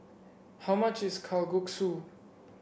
how much is Kalguksu